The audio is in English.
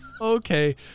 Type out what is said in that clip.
Okay